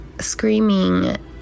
screaming